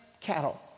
cattle